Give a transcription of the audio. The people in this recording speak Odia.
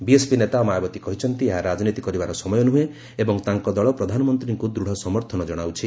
ବିଏସ୍ପି ନେତା ମାୟାବତୀ କହିଛନ୍ତି ଏହା ରାଜନୀତି କରିବାର ସମୟ ନୁହେଁ ଏବଂ ତାଙ୍କ ଦଳ ପ୍ରଧାନମନ୍ତ୍ରୀଙ୍କୁ ଦୃଢ଼ ସମର୍ଥନ କ୍ଷାଉଛି